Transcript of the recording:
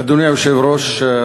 אדוני היושב-ראש,